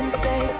say